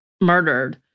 murdered